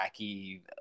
wacky